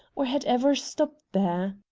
or had ever stopped there.